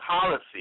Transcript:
Policy